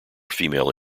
female